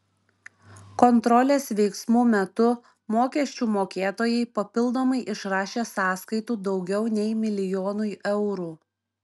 kontrolės veiksmų metu mokesčių mokėtojai papildomai išrašė sąskaitų daugiau nei milijonui eurų